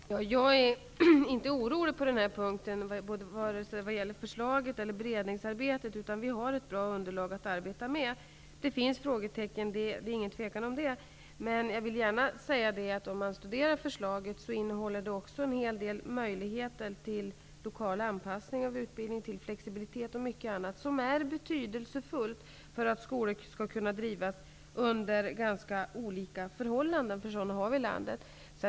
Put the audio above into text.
Fru talman! Jag är inte orolig på denna punkt vare sig när det gäller förslaget eller beredningsarbetet. Vi har ett bra underlag att arbeta med. Det är inget tvivel om att det finns frågetecken. Men om man studerar förslaget ser man att det också innehåller en hel del möjligheter till lokala anpassningar av utbildningar, till flexibilitet och mycket annat som är betydelsefullt för att skolor skall kunna drivas under de ganska olika förhållanden som finns i landet.